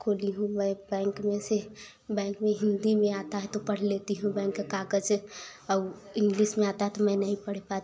खोली हूँ वाही बैंक में से बैंक में हिन्दी में आता है तो पढ़ लेती हूँ बैंक का कागज और इंग्लिस में आता है तो मैं नही पढ़ पाती